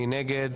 מי נגד?